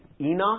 Enoch